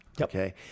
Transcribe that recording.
okay